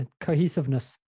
Cohesiveness